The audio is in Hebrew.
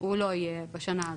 לא יהיה בשנה הזאת.